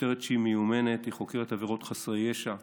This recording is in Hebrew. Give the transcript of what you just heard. שוטרת מיומנת, חוקרת עבירות בחסרי ישע,